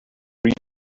read